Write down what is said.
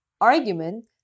argument